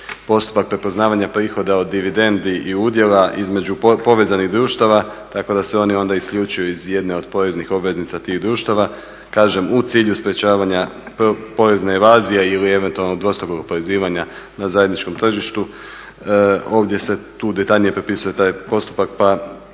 postupak prepoznavanja prihoda od dividendi i udjela između povezanih društava. Tako da se oni onda isključuju iz jedne od poreznih obveznica tih društava, kažem u cilju sprečavanja porezne evazije ili eventualno dvostrukog oporezivanja na zajedničkom tržištu. Tu se detaljnije propisuje taj postupak pa